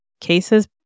cases